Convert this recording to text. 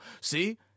see